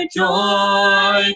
joy